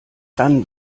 dann